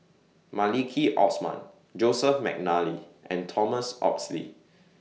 Maliki Osman Joseph Mcnally and Thomas Oxley